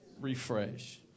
refresh